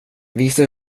visa